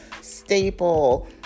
staple